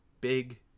big